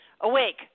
awake